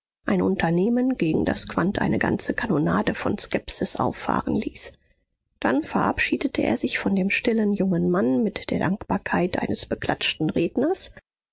ein unternehmen gegen das quandt eine ganze kanonade von skepsis auffahren ließ dann verabschiedete er sich von dem stillen jungen mann mit der dankbarkeit eines beklatschten redners